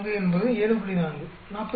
4 என்பது 7